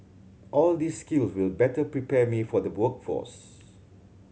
all these skills will better prepare me for the workforce